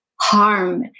harm